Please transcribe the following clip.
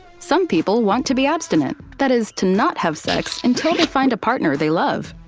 some people want to be abstinent. that is, to not have sex until they find a partner they love.